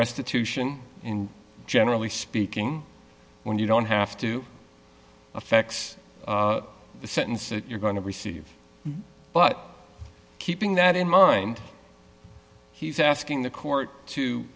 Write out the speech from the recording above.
restitution and generally speaking when you don't have to affects the sentence that you're going to receive but keeping that in mind he's asking the court to